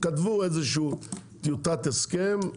כתבו איזושהי טיוטת הסכם,